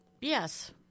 Yes